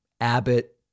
Abbott